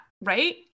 right